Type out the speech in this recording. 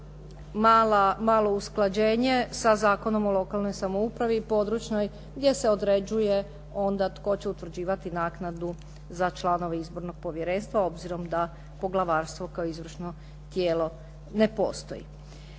malo usklađenje sa Zakonom o lokalnoj samoupravi i područnoj gdje se određuje onda tko će utvrđivati naknadu za članove izbornog povjerenstva, obzirom da poglavarstvo kao izvršno tijelo ne postoji.